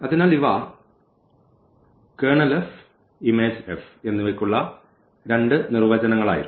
അതിനാൽ ഇവ Ker Im എന്നിവയ്ക്കുള്ള രണ്ട് നിർവചനങ്ങളായിരുന്നു